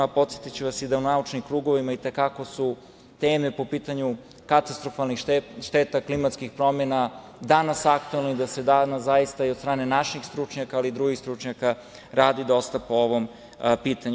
Podsetiću vas i da u naučnim krugovima itekako su teme po pitanju katastrofalnih šteta klimatskih promena danas aktuelne i da se danas zaista i od strane naših stručnjaka, ali i drugih stručnjaka radi dosta po ovom pitanju.